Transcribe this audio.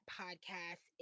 podcast